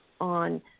on